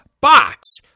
box